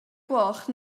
gloch